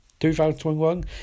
2021